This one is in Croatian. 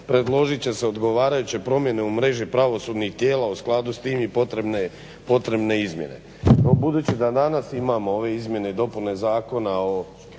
predložit će se odgovarajuće promjene u mreži pravosudnih tijela u skladu s tim i potrebne izmjene. Pa evo budući da danas imamo ove izmjene i dopune Zakona o